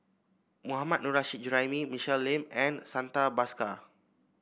Mohammad Nurrasyid Juraimi Michelle Lim and Santha Bhaskar